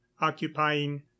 occupying